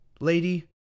Lady